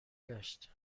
گشت